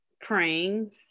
praying